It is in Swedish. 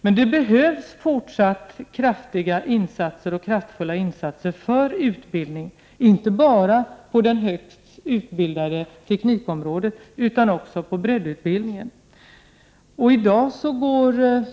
Men det behövs fortsatta kraftfulla insatser för utbildning, inte bara på området för högt utbildade tekniker, utan också när det gäller breddutbildningen.